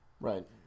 Right